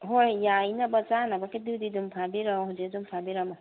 ꯍꯣꯏ ꯌꯥꯏꯅꯕ ꯆꯥꯅꯕꯒꯤꯗꯨꯗꯤ ꯑꯗꯨꯝ ꯐꯥꯕꯤꯔꯛꯑꯣ ꯍꯧꯖꯤꯛ ꯑꯗꯨꯝ ꯐꯥꯕꯤꯔꯝꯃꯣ